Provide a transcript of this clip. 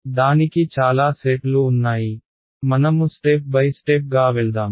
కాబట్టి దానికి చాలా సెట్లు ఉన్నాయి మనము స్టెప్ బై స్టెప్ గా వెళ్దాం